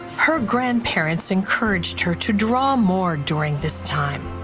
her grandparents encouraged her to draw more during this time,